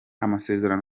amasezerano